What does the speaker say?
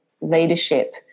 leadership